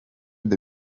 the